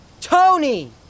Tony